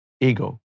ego